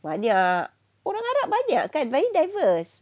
banyak orang arab banyak kan very diverse